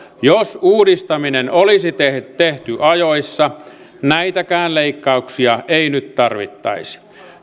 jos uudistaminen olisi tehty ajoissa näitäkään leikkauksia ei nyt tarvittaisi